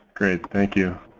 great. thank you.